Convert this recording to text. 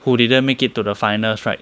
who didn't make it to the finals right